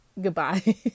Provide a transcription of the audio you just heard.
goodbye